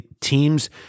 Teams